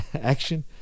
action